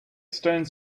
stones